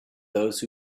those